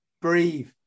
breathe